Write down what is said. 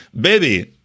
baby